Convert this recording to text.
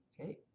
okay